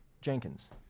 Jenkins